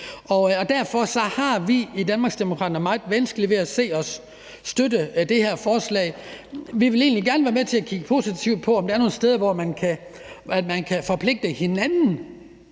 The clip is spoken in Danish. Derfor har vi i Danmarksdemokraterne meget vanskeligt ved at se os støtte det her forslag. Vi vil egentlig gerne være med til at kigge positivt på, om der er nogle steder, hvor man kan forpligte hinanden